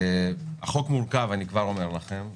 החוק מורכב, אני כבר אומר לכם.